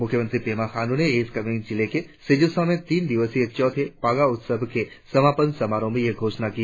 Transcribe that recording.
मुख्यमंत्री पेमा खांडू ने ईस्ट कामेंग जिले के सिजोसा में तीन दिवसीय चौथे पाके उत्सव के समापन समारोह में यह घोषणा की